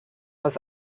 was